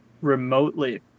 remotely